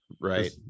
Right